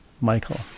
Michael